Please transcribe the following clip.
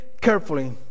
carefully